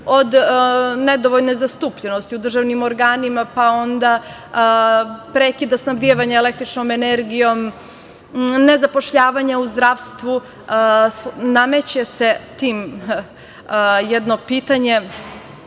od nedovoljne zastupljenosti u državnim organima, pa onda prekida snabdevanja električnom energijom, ne zapošljavanja u zdravstvu. Nameće se jedno pitanje